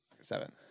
Seven